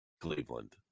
Cleveland